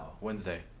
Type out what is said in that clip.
wednesday